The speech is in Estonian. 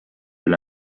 üle